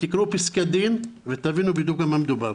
תקראו פסקי דין ותבינו בדיוק במה מדובר,